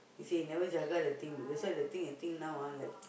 he say he never jaga the thing that's why the thing I think now ah like